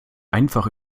einfach